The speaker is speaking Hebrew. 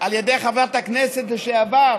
על ידי חברת הכנסת לשעבר